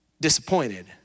disappointed